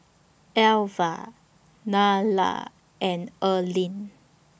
Elva Nylah and Erling